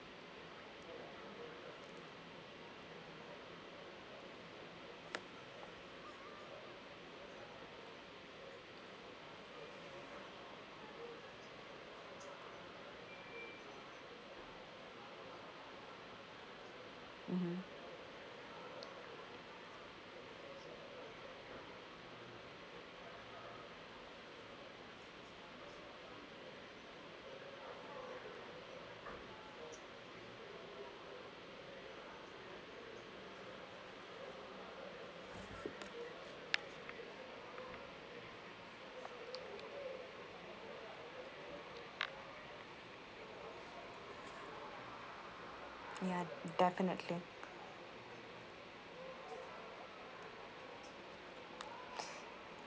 mmhmm ya definitely